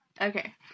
Okay